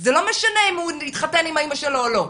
זה לא משנה אם הוא התחתן עם האמא שלו או לא.